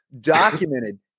documented